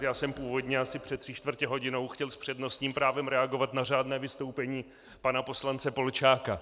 Já jsem původně asi před třičtvrtěhodinou chtěl s přednostním právem reagovat na řádné vystoupení pana poslance Polčáka.